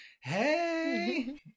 hey